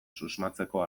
susmatzeko